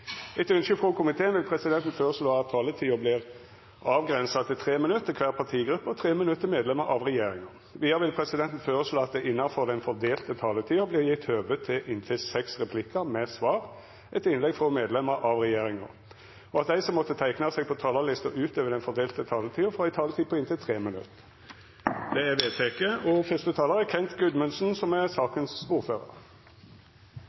Etter ynske frå utdannings- og forskingskomiteen vil presidenten føreslå at taletida vert avgrensa til 3 minutt til kvar partigruppe og 3 minutt til medlemer av regjeringa. Vidare vil presidenten føreslå at det – innanfor den fordelte taletida – vert gjeve høve til inntil seks replikkar med svar etter innlegg frå medlemer av regjeringa, og at dei som måtte teikna seg på talarlista utover den fordelte taletida, får ei taletid på inntil 3 minutt. – Det er vedteke.